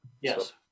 Yes